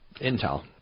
Intel